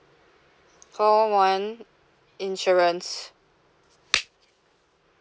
call one insurance